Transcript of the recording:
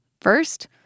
First